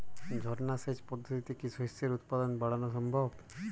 ঝর্না সেচ পদ্ধতিতে কি শস্যের উৎপাদন বাড়ানো সম্ভব?